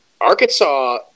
Arkansas